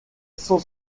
cent